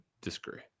disagree